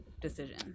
decision